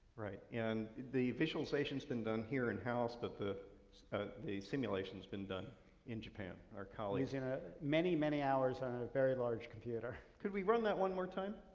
right. and the visualization's been done here in-house, but the ah the simulation's been done in japan, our colleagues. using ah many, many hours on a very large computer. could we run that one more time?